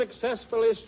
successfully